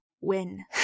win